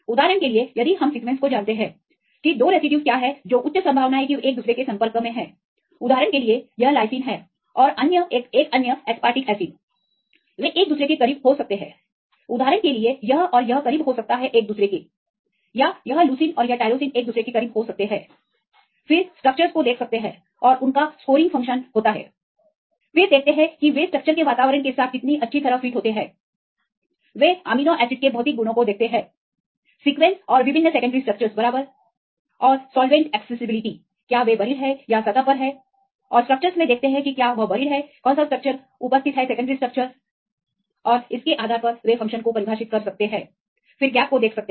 उदाहरण के लिए यदि हम सीक्वेंस को जानते हैं कि 2 रेसिड्यूज क्या हैं जो उच्च संभावना है कि वे एक दूसरे के संपर्क में हैं उदाहरण के लिए यह लाइसिन और एक अन्य एसपारटिक एसिडवे एक दूसरे के करीब हो सकते हैं उदाहरण के लिए यह और यह करीब हो सकता है एक दूसरे के या यह लूसीन और यह टायरोसिन एक दूसरे के करीब हो सकते हैं फिर स्ट्रक्चरस को देख सकते हैं और उनके स्कोरिंग फ़ंक्शन होता है दूसरे पर वे देखते हैं कि वे स्ट्रक्चर के वातावरण के साथ कितनी अच्छी तरह फिट होते हैं वे अमीनो एसिड के भौतिक गुणों को देखते हैं सीक्वेंस और विभिन्न सेकेंडरी स्ट्रक्चरस बराबर और सॉल्वेंट एक्सेसिबिलिटी क्या वे बरीड हैं वे उजागर हैं और स्ट्रक्चरसमें देखते हैं कि क्या यह बरीड है या समान सेकेंडरी स्ट्रक्चरस के रूप में उजागर किया गया है और इसके आधार पर वे फ़ंक्शन को परिभाषित कर सकते हैं फिर अंतराल को देख सकते हैं